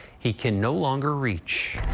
he can no. longer reach.